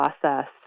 process